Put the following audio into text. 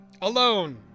alone